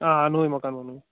آ نوٚوُے مکان بنومُت